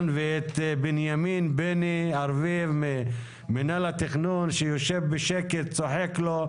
ואת בנימין ארביב ממנהל התכנון שיושב בשקט וצוחק לו.